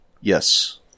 yes